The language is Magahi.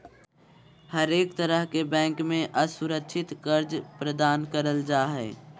हरेक तरह के बैंक मे असुरक्षित कर्ज प्रदान करल जा हय